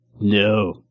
No